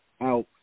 out